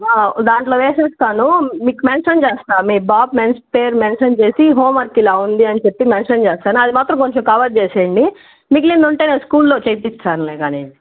దాంట్లో వేసేస్తాను మీకు మెన్షన్ చేస్తా మీ బాబు మె పేరు మెన్షన్ చేసి హోమ్వర్క్ ఇలా ఉంది అని చెప్పి మెన్షన్ చేస్తా అది మాత్రం కొంచెం కవర్ చేసేయండి మిగిలింది ఉంటే నేను స్కూల్ల్లో చేయిస్తానులే కానీయండి